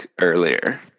earlier